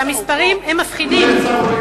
שהמספרים הם מפחידים.